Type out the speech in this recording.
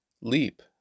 leap